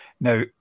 Now